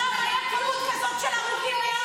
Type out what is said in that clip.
פעם הייתה כמות כזאת של הרוגים?